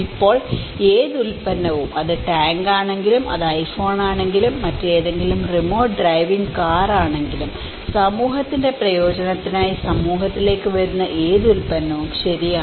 ഇപ്പോൾ ഏത് ഉൽപ്പന്നവും അത് ടാങ്കാണെങ്കിലും അത് ഐഫോണാണെങ്കിലും മറ്റേതെങ്കിലും റിമോട്ട് ഡ്രൈവിംഗ് കാറാണെങ്കിലും സമൂഹത്തിന്റെ പ്രയോജനത്തിനായി സമൂഹത്തിലേക്ക് വരുന്ന ഏത് ഉൽപ്പന്നവും ശരിയാണ്